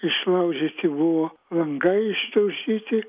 išlaužyti buvo langai išdaužyti